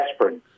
aspirin